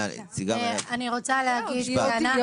קרן מליחי, משרד הבריאות.